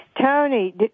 Tony